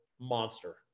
monster